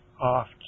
off